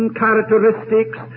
characteristics